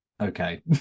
okay